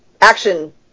action